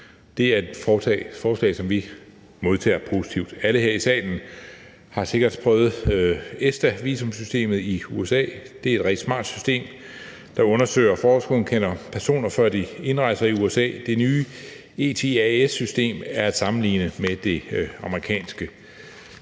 Det er et forslag, som vi tager positivt imod. Alle her i salen har sikkert prøvet ESTA, visumsystemet i USA. Det er et rigtig smart system, der undersøger og forhåndsgodkender personer, før de indrejser i USA. Det nye ETIAS-system er at sammenligne med det amerikanske.